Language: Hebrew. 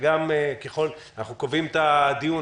אנחנו קובעים את הדיון,